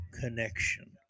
connection